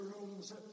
rooms